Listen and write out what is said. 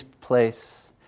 place